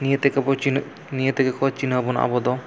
ᱱᱤᱭᱟᱹ ᱛᱮᱜᱮᱵᱚ ᱱᱤᱭᱟᱹ ᱛᱮᱜᱮᱠᱚ ᱪᱤᱱᱦᱟᱹᱵᱚᱱᱟ ᱟᱵᱚᱫᱚ